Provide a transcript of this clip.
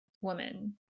woman